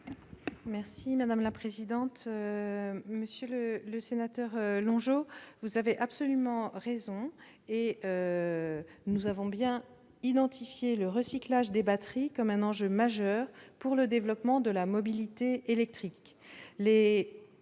est à Mme la secrétaire d'État. Monsieur Longeot, vous avez absolument raison : nous avons bien identifié le recyclage des batteries comme un enjeu majeur pour le développement de la mobilité électrique.